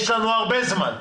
יש לנו הרבה זמן.